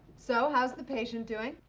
so how's the patient doing?